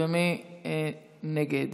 מי נגד?